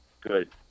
good